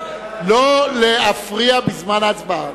לא להפריע בזמן ההצבעה.